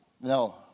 No